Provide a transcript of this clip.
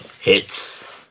hits